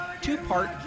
two-part